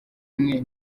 umwe